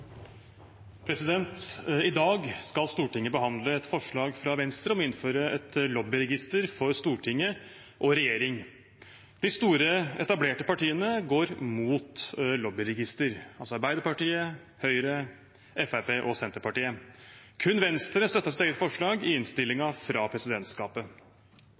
for. I dag skal Stortinget behandle et forslag fra Venstre om å innføre et lobbyregister for Stortinget og regjeringen. De store, etablerte partiene går imot lobbyregister – altså Arbeiderpartiet, Høyre, Fremskrittspartiet og Senterpartiet. Kun Venstre støtter sitt eget forslag i innstillingen fra presidentskapet.